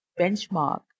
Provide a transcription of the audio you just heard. benchmark